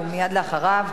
ומייד לאחריו,